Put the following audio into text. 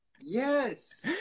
Yes